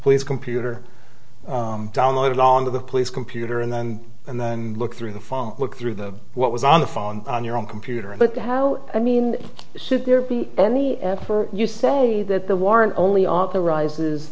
complete computer download it onto the police computer and then and then look through the follow look through the what was on the phone on your own computer but how i mean should there be any effort you say that the warrant only authorizes